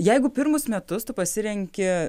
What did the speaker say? jeigu pirmus metus tu pasirenki